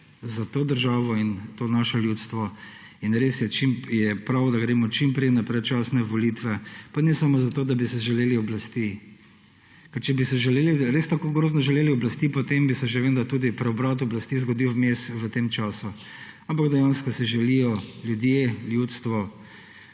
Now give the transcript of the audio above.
za to državo in to naše ljudstvo. In res je prav, da gremo čim prej na predčasne volitve, pa ne samo zato, da bi si želeli oblasti, ker če bi si želeli, res tako grozno želeli oblasti, potem bi se že vendar tudi preobrat oblasti zgodil vmes v tem času, ampak dejansko si želijo ljudje, ljudstvo